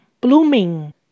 blooming